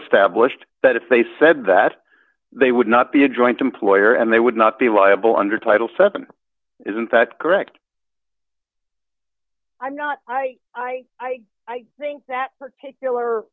established that if they said that they would not be a joint employer and they would not be liable under title seven isn't that correct i'm not i i i i think